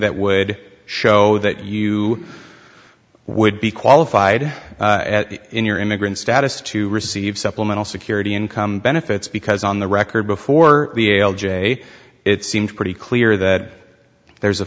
that would show that you would be qualified in your immigrant status to receive supplemental security income benefits because on the record before the l j it seemed pretty clear that there's a